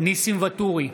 ניסים ואטורי,